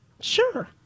Sure